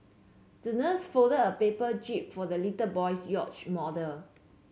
the nurse folded a paper jib for the little boy's yacht model